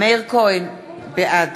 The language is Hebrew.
מאיר כהן, בעד